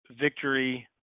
Victory